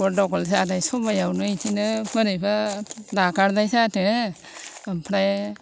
गनदगल जानाय समायावनो इदिनो मारैबा नागारनाय जादों आमफाय